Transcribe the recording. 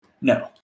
No